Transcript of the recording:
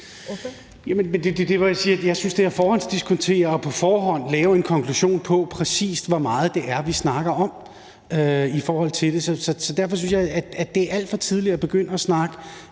jeg synes, det er at forhåndsdiskontere og på forhånd lave en konklusion om, præcis hvor meget det er, vi snakker om i forhold til det. Derfor synes jeg, at det er alt for tidligt at begynde at snakke